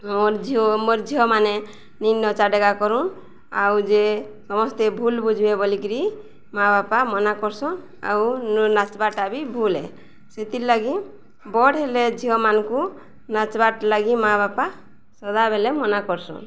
ମୋର ଝିଅ ମୋର ଝିଅମାନେ ନିମ୍ନ ଚାଟେକା କରୁନ୍ ଆଉ ଯେ ସମସ୍ତେ ଭୁଲ ବୁଝିବେ ବୋଲିକିରି ମାଆ ବାପା ମନା କରସନ୍ ଆଉ ନାଚ୍ବାଟା ବି ଭୁଲେ ସେଥିର୍ ଲାଗି ବଡ଼୍ ହେଲେ ଝିଅମାନଙ୍କୁ ନାଚ୍ବାଟା ଲାଗି ମାଆ ବାପା ସଦାବେଲେ ମନା କରସନ୍